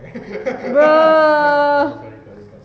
bro